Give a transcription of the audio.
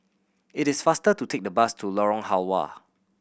it is faster to take the bus to Lorong Halwa